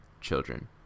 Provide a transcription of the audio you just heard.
children